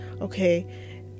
okay